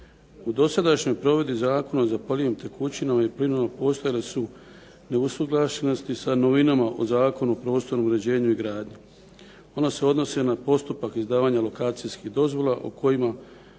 U dosadašnjoj provedbi Zakona o zapaljivim tekućinama i plinovima postojale su neusuglašenosti sa novinama u Zakonu o prostornom uređenju i gradnji. Ona se odnose na postupak izdavanja lokacijskih dozvola o kojima